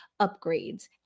upgrades